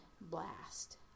blast